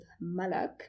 malak